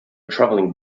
traveling